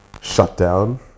shutdown